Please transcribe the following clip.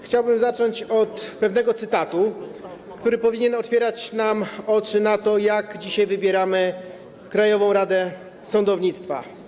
Chciałbym zacząć od pewnego cytatu, który powinien otwierać nam oczy na to, jak dzisiaj wybieramy Krajową Radę Sądownictwa.